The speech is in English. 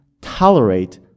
tolerate